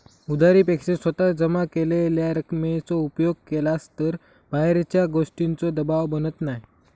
उधारी पेक्षा स्वतः जमा केलेल्या रकमेचो उपयोग केलास तर बाहेरच्या गोष्टींचों दबाव बनत नाय